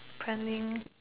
planning